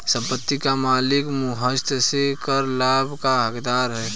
संपत्ति का मालिक मूल्यह्रास से कर लाभ का हकदार है